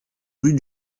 rue